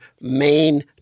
main